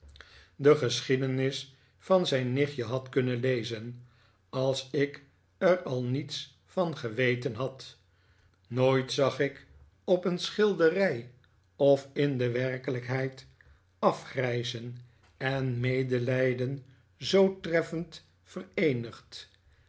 de geschiedenis van zijn nichtje had kunnen lezen als ik er al niets van geweten had nooit zag ik op een schilderij of in de werkelijkheid afgrijzen en medelijden zoo treffend vereenigd